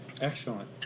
excellent